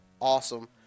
awesome